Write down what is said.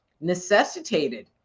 necessitated